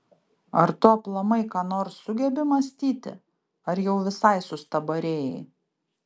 ar tu aplamai ką nors sugebi mąstyti ar jau visai sustabarėjai